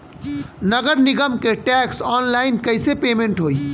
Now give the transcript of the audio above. नगर निगम के टैक्स ऑनलाइन कईसे पेमेंट होई?